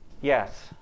Yes